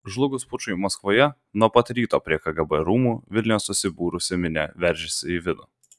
žlugus pučui maskvoje nuo pat ryto prie kgb rūmų vilniuje susibūrusi minia veržėsi į vidų